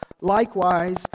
Likewise